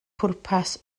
pwrpas